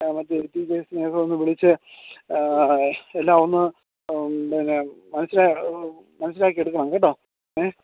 മറ്റ് ടീച്ചേഴ്സിനേ ഒക്കെയൊന്ന് വിളിച്ച് എല്ലാം ഒന്ന് പിന്നെ മനസിലായി മനസിലാക്കിയെടുക്കണം കേട്ടോ ഏ